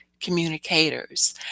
communicators